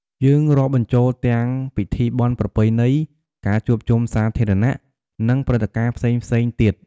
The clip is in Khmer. យើងរាប់បញ្ចូលទាំងពិធីបុណ្យប្រពៃណី ការជួបជុំសាធារណៈ និងព្រឹត្តិការណ៍ផ្សេងៗទៀត។